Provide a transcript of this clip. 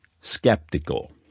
skeptical